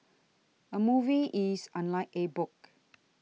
a movie is unlike a book